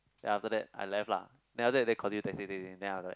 then after that I left lah then after that they continue texting texting then I'm like